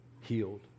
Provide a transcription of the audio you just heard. healed